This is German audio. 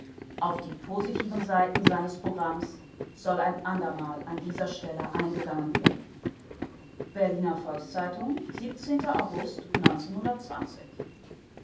auf die positiven seiten seines programms soll ein andermal an dieser stelle eingegangen werden berliner volks-zeitung august